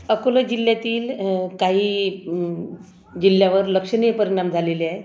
अकोला जिल्ह्यातील काही जिल्ह्यावर लक्षणीय परिणाम झालेले आहे